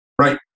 right